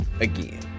again